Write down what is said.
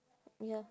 ya